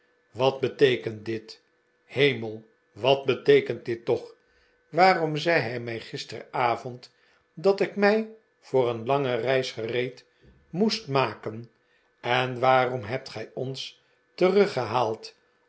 wat beteekent dit hemel wat beteekent dit toch waarom zei hij mij gisterenavond dat ik mij voor een lange reis gereed moest maken en waarom hebt gij ons teruggehaald